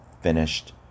finished